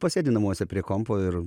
pasėdi namuose prie kompo ir